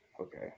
Okay